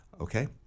Okay